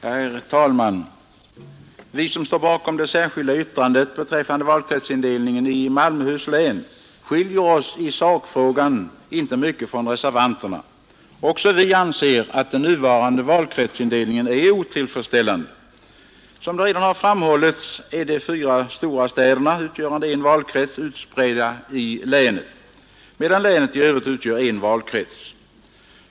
Herr talman! Vi som står bakom det särskilda yttrandet beträffande valkretsindelningen i Malmöhus län skiljer oss i sakfrågan inte mycket från reservanterna. Vi anser också att den nuvarande valkretsindelningen är otillfredsställande. Som redan har framhållits är de fyra stora städer som utgör en valkrets utspridda i länet, medan länet i övrigt utgör en valkrets.